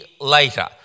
later